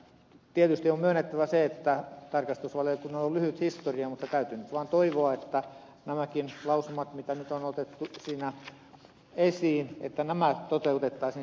tietysti on myönnettävä se että tarkastusvaliokunnalla on lyhyt historia mutta täytyy nyt vaan toivoa että nämäkin lausumat mitä nyt on otettu siinä esiin toteutettaisiin